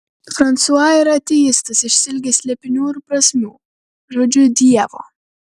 fransua yra ateistas išsiilgęs slėpinių ir prasmių žodžiu dievo